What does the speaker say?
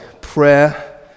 prayer